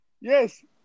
Yes